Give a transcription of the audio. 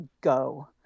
go